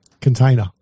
container